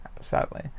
sadly